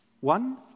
One